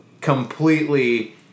completely